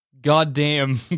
goddamn